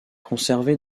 conservé